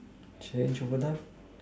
change over time